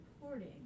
reporting